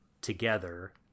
together